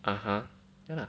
(uh huh) ya lah